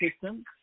system